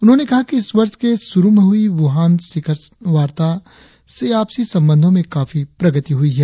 उन्होंने कहा कि इस वर्ष के शुरु में हुई वुहान शिखर वार्ता से आपसी संबंधो में काफी प्रगति हुई है